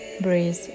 Breathe